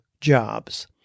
jobs